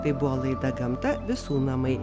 tai buvo laida gamta visų namai